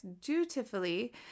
dutifully